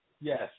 Yes